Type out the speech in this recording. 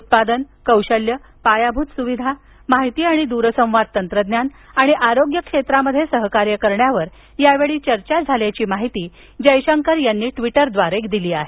उत्पादन कौशल्य पायाभूत सुविधा माहिती आणि दूरसंवाद तंत्रज्ञान आणि आरोग्य क्षेत्रात सहकार्य करण्यावर यावेळी चर्चा झाल्याची माहिती जयशंकर यांनी ट्विटरद्वारे दिली आहे